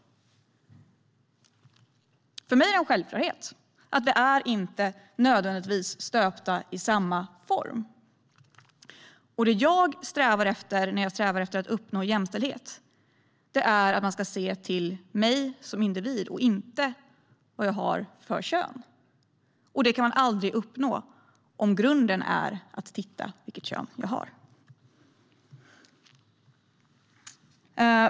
För mig är det en självklarhet att vi inte nödvändigtvis är stöpta i samma form. Det jag strävar efter när jag strävar efter att uppnå jämställhet är att man ska se till mig som individ och inte till vad jag har för kön. Man kan aldrig uppnå jämställdhet om grunden är att utgå från vilket kön jag har.